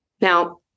Now